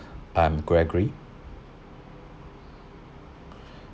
I'm gregory